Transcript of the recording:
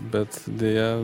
bet deja